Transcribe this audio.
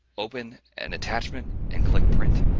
open an attachment and click print.